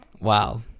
Wow